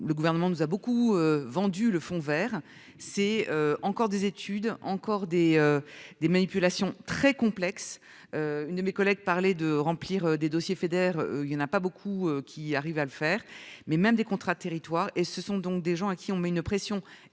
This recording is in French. le gouvernement nous a beaucoup vendu le fond Vert c'est encore des études encore des des manipulations très complexe. Une de mes collègues parler de remplir des dossiers fédère il y en a pas beaucoup qui arrive à le faire mais même des contrats territoire et ce sont donc des gens à qui on met une pression